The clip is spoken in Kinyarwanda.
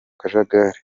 kajagari